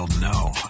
No